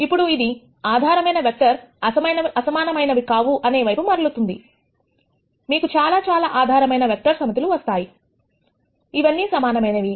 ఇప్పుడు ఇది ఆధారమైన వెక్టర్స్ అసమానమైనవి కావు అనే వైపు మరలుతుంది మీకు చాలా చాలా ఆధారమైన వెక్టర్స్ సమితులువస్తాయి ఇవన్నీ సమానమైనవి